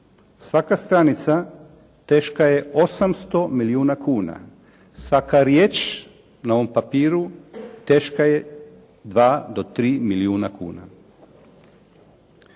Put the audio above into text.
Svaka stranica teška je 800 milijuna kuna. Svaka riječ na ovom papiru teška je 2 do 3 milijuna kuna.